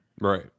Right